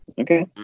Okay